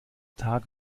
tag